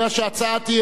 יצחק הרצוג,